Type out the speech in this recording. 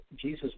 Jesus